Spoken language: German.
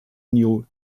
new